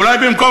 אולי במקום,